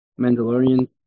Mandalorian